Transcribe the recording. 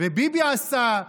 וביבי עשה,